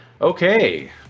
Okay